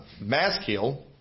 masculine